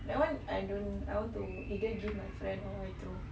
that [one] I don't I want to either give my friend or I throw